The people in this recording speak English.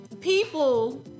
people